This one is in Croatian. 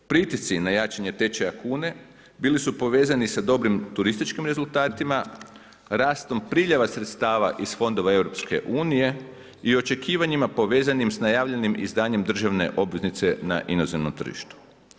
Pritisci na jačanja tečaja kune, bili su povezani sa dobrim turističkim rezultatima, rastom priljeva sredstava iz fondova EU i očekivanjima povezanim s najavljenim izdanjem državne obveznice na inozemnom tržištu.